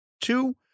two